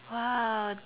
!wow!